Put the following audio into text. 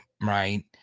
Right